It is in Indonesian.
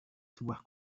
sebuah